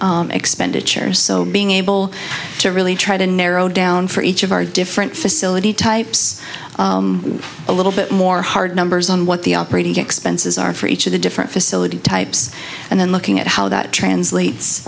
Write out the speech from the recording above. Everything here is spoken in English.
operational expenditures so being able to really try to narrow down for each of our different facility types a little bit more hard numbers on what the operating expenses are for each of the different facilities types and then looking at how that translates